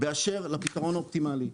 באשר לפתרון האופטימלי,